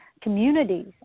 communities